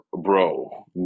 bro